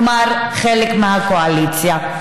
כלומר חלק מהקואליציה.